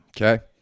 Okay